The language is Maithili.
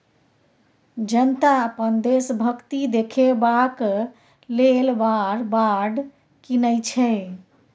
जनता अपन देशभक्ति देखेबाक लेल वॉर बॉड कीनय छै